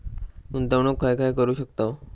गुंतवणूक खय खय करू शकतव?